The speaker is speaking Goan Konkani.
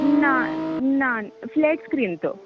ना ना फ्लॅट स्क्रिन तो